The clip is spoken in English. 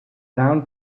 down